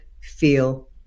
feel